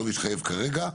אני לא מתחייב כרגע,